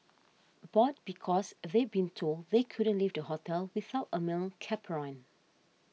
bored because they'd been told they couldn't leave the hotel without a male chaperone